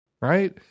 right